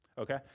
okay